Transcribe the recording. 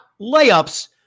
layups